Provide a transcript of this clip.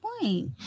point